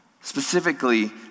Specifically